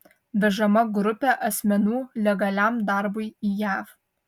vežama grupė asmenų legaliam darbui į jav